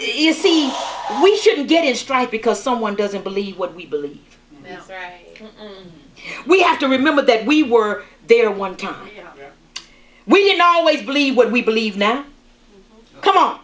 you see we shouldn't get in stride because someone doesn't believe what we believe we have to remember that we were there one time we had i always believe what we believe now come on